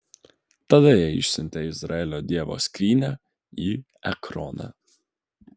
tada jie išsiuntė izraelio dievo skrynią į ekroną